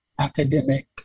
academic